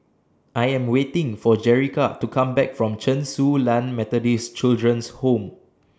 I Am waiting For Jerica to Come Back from Chen Su Lan Methodist Children's Home